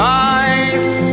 life